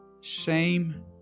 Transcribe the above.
shame